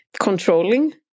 controlling